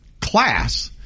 class